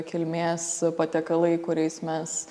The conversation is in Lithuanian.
kilmės patiekalai kuriais mes